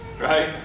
Right